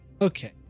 Okay